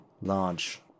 large